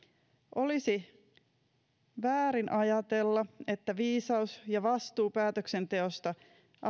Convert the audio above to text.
olisi väärin ajatella että viisaus ja vastuu päätöksenteosta